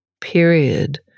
period